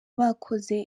bakoze